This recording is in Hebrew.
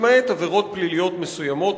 למעט עבירות פליליות מסוימות,